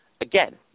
Again